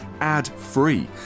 ad-free